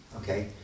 Okay